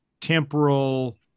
temporal